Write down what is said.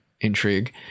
intrigue